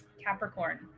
Capricorn